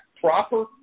proper